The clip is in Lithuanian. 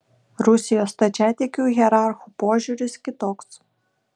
rusijos stačiatikių hierarchų požiūris kitoks